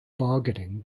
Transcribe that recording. bargaining